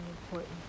important